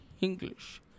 English